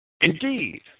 Indeed